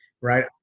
right